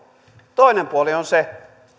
toinen puoli on se